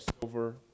silver